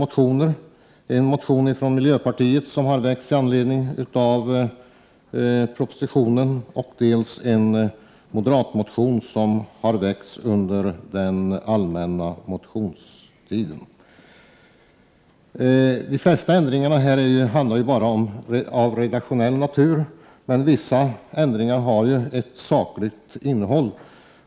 Det är en motion från miljöpartiet, som har väckts med anledning av propositionen, och det är en moderat motion, som har väckts under den allmänna motionstiden. De flesta föreslagna ändringarna är av redaktionell natur. Men vissa ändringar har ett sakligt innehåll.